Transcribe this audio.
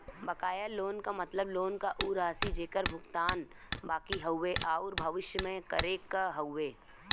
बकाया लोन क मतलब लोन क उ राशि जेकर भुगतान बाकि हउवे आउर भविष्य में करे क हउवे